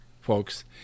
folks